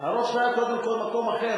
הראש שלך היה קודם כול במקום אחר.